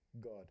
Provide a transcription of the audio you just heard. God